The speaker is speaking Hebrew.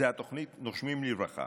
זו התוכנית "נושמים לרווחה".